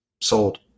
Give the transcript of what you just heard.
Sold